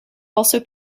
also